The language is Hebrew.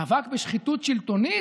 מאבק בשחיתות שלטונית?